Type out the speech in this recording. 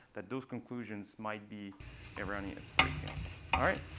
that those conclusions might be erroneous, for example. all right,